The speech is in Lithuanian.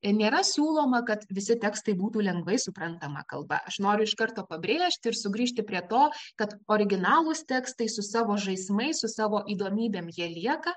nėra siūloma kad visi tekstai būtų lengvai suprantama kalba aš noriu iš karto pabrėžti ir sugrįžti prie to kad originalūs tekstai su savo žaismais su savo įdomybėm jie lieka